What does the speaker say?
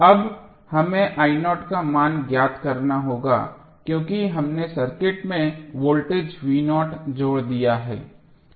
अब हमें मान ज्ञात करना होगा क्योंकि हमने सर्किट में वोल्टेज जोड़ दिया है